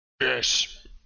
Yes